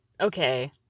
okay